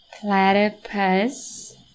Platypus